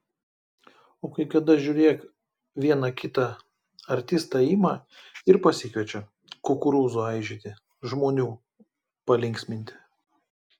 o kai kada žiūrėk vieną kitą artistą ima ir pasikviečia kukurūzų aižyti žmonių palinksminti